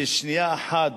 שנייה אחת